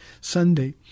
Sunday